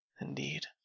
Indeed